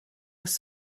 was